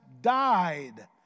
died